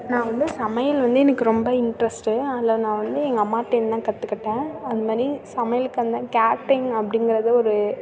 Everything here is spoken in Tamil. நான் வந்து சமையல் வந்து எனக்கு ரொம்ப இன்ட்ரெஸ்ட்டு அதை நான் வந்து எங்கள் அம்மாகிட்டேந்துதான் கத்துக்கிட்டேன் அதுமாதிரி சமையலுக்கு வந்து கேட்ரிங் அப்படிங்கிறது ஒரு